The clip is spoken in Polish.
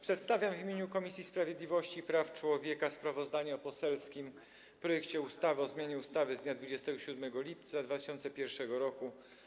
Przedstawiam w imieniu Komisji Sprawiedliwości i Praw Człowieka sprawozdanie o poselskim projekcie ustawy o zmianie ustawy z dnia 27 lipca 2001 r.